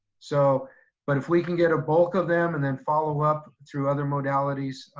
so but if we can get a bulk of them and then follow up through other modalities,